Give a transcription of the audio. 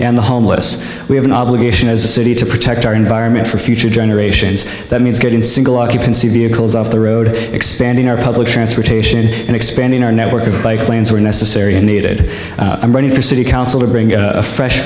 and the homeless we have an obligation as a city to protect our environment for future generations that means getting single occupancy vehicles off the road expanding our public transportation and expanding our network of bike lanes were necessary and needed i'm running for city council to bring a fresh